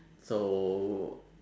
so